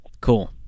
Cool